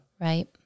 Right